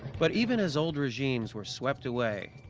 but even as old regimes were swept away,